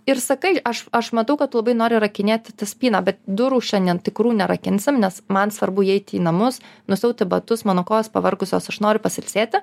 ir sakai aš aš matau kad tu labai nori rakinėti tą spyną bet durų šiandien tikrų nerakinsim nes man svarbu įeiti į namus nusiauti batus mano kojos pavargusios aš noriu pasilsėti